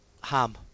ham